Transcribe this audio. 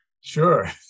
Sure